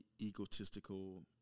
egotistical